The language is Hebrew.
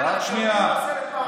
שנייה.